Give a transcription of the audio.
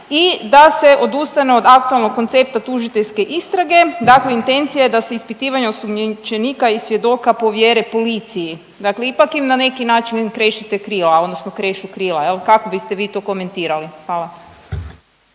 i da se odustane od aktualnog koncepta tužiteljske istrage, dakle intencija je da se ispitivanje osumnjičenika i svjedoka povjere policiji. Dakle ipak na neki način vi krešete krila odnosno krešu krila. je li, kako biste vi to komentirali? Hvala.